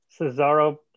Cesaro